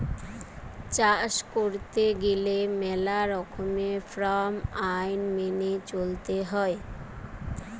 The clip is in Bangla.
চাষ কইরতে গেলে মেলা রকমের ফার্ম আইন মেনে চলতে হৈ